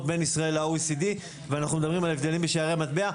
בין ישראל ל-OECD ואנחנו מדברים על הבדלים בשערי המטבע.